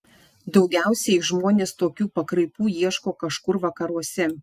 daugiausiai žmonės tokių pakraipų ieško kažkur vakaruose